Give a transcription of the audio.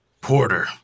Porter